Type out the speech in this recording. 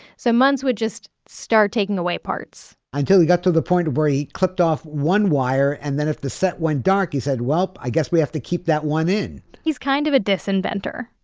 so muntz would just start taking away parts until he got to the point where he clipped off one wire and then if the set went dark, he said, well, i guess we have to keep that one in he's kind of a dis-inventor.